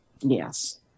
yes